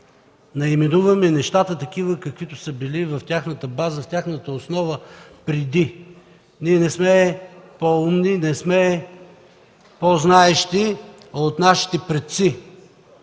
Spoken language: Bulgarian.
наименуваме нещата такива, каквито са били в тяхната база, тяхната основа преди. Ние не сме по-умни, не сме по-знаещи от нашите предци